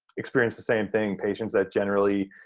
experienced the same thing, patients that generally